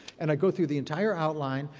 and i go through the entire outline.